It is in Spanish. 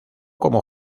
como